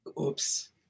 Oops